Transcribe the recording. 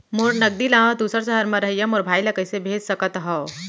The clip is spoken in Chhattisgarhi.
मोर नगदी ला दूसर सहर म रहइया मोर भाई ला कइसे भेज सकत हव?